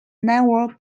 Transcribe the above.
never